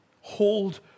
hold